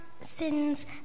Sins